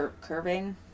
curving